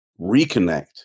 reconnect